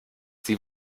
sie